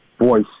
voice